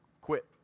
quit